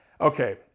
Okay